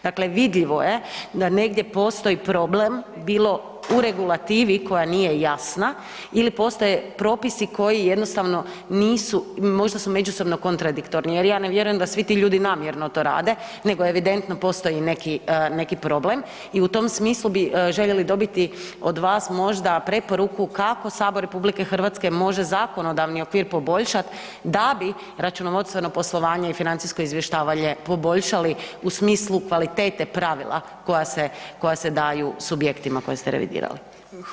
Dakle, vidljivo je da negdje postoji problem bilo u regulativi koja nije jasna ili postoje propisi koji jednostavno nisu i možda su međusobno kontradiktorni jer ja ne vjerujem da svi ti ljudi namjerno to rade, nego evidentno postoji neki problem i u tom smislu bi željeli dobiti od vas možda preporuku kako Sabor RH može zakonodavni okvir poboljšat da bi računovodstveno poslovanje i financijsko izvještavanje poboljšali u smislu kvalitete pravila koja se daju subjektima koja ste revidirali?